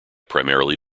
primarily